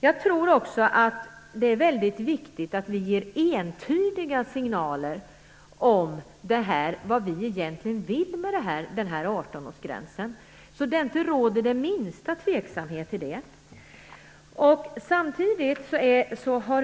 Jag tror också att det är väldigt viktigt att vi ger entydiga signaler om vad vi egentligen vill med den här 18-årsgränsen, så att det inte råder den minsta tveksamhet om det.